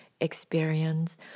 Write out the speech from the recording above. experience